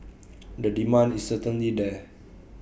the demand is certainly there